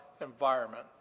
environment